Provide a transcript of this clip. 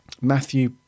Matthew